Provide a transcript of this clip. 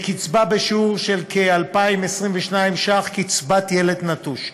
לקצבה בשיעור של 2,022 ש"ח, קצבת ילד נטוש.